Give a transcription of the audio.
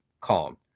calm